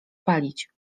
palić